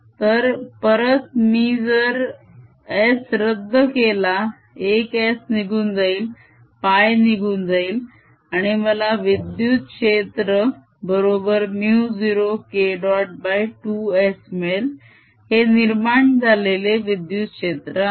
तर परत मी जर S रद्द केला एक S निघून जाईल π निघून जाईल आणि मला विद्युत क्षेत्र बरोबर μ0K डॉट 2S मिळेल हे निर्माण झालेले विद्युत क्षेत्र आहे